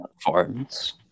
farms